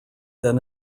then